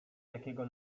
jakiego